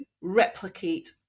replicate